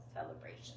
celebration